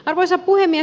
arvoisa puhemies